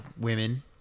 women